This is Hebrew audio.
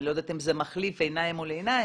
אני לא יודעת אם זה מחליף עיניים מול עיניים,